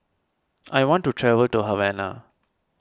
I want to travel to Havana